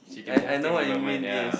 I I know what you mean yes